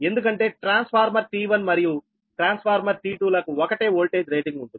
ఎందుకంటే transformer T1 మరియు transformer T2 లకు ఒకటే ఓల్టేజ్ రేటింగ్ ఉంటుంది